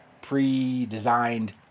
pre-designed